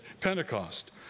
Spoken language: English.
Pentecost